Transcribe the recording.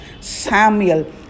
Samuel